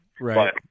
Right